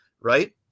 Right